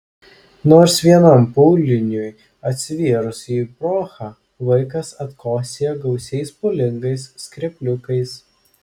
nors vienam pūliniui atsivėrus į bronchą vaikas atkosėja gausiais pūlingais skrepliukais